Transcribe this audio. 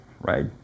right